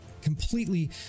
completely